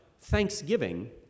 Thanksgiving